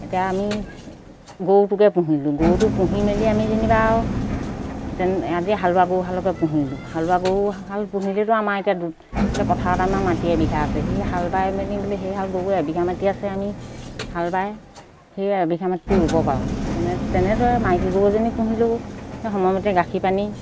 এতিয়া আমি গৰুটোকে পুহিলোঁ গৰুটো পুহি মেলি আমি যেনিবা আৰু যেন আদি হালোৱা গৰুহালকে পুহিলোঁ হালোৱা গৰুহাল পুহিলেতো আমাৰ এতিয়া দুট পথাৰত আমাৰ মাটি এবিঘা আছে সেই হাল বাই মেলি বোলে সেই হাল গৰু এবিঘা মাটি আছে আমি হাল বাই সেই এবিঘা মাটিটো ৰুব পাৰোঁ যেনে তেনেদৰে মাইকী গৰুজনী পুহিলোঁ সেই সময়মতে গাখীৰ পানী